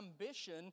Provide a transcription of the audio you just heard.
ambition